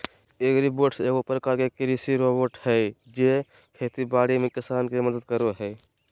agribots एगो प्रकार के कृषि रोबोट हय जे खेती बाड़ी में किसान के मदद करो हय